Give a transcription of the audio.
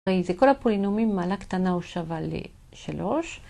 זה כל הפולינומים, מעלה קטנה הוא שווה לשלוש.